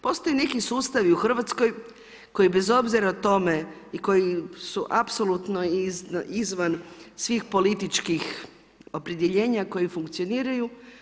Postoje neki sustavi u RH koji bez obzira o tome i koji su apsolutno izvan svih političkih opredjeljenja, koji funkcioniraju.